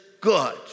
good